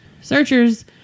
Searchers